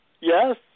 Yes